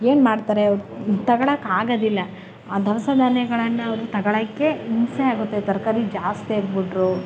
ಏನು ಮಾಡ್ತಾರೆ ಅವ್ರು ತಗೊಳ್ಳೋಕೆ ಆಗೋದಿಲ್ಲ ಆ ದವಸ ಧಾನ್ಯಗಳನ್ನ ಅವ್ರು ತಗೊಳ್ಳೋಕ್ಕೆ ಹಿಂಸೆ ಆಗುತ್ತೆ ತರಕಾರಿ ಜಾಸ್ತಿಯಾಗಿಬಿಟ್ರು